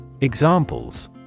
Examples